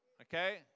Okay